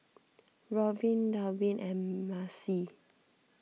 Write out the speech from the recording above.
Robbin Dalvin and Maci